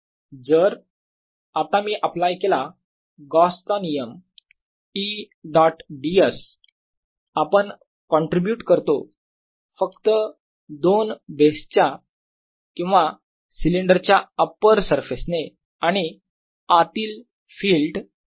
जर आता मी अप्लाय केला गॉसचा नियम Gausss law E dot ds आपण कोणट्रिब्यूट करतो फक्त दोन बेसच्या किंवा सिलिंडरच्या अपर सरफेस ने आणि आतील फिल्ड E असणार आहे 0